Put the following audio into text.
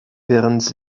behrens